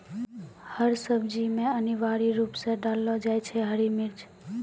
हर सब्जी मॅ अनिवार्य रूप सॅ डाललो जाय छै हरी मिर्च